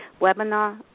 webinar